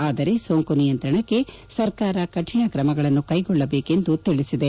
ಆದರೆ ಸೋಂಕು ನಿಯಂತ್ರಣಕ್ಕೆ ಸರ್ಕಾರ ಕಠಿಣ ಕ್ರಮಗಳನ್ನು ಕೈಗೊಳ್ಟಬೇಕು ಎಂದು ತಿಳಿಸಿದೆ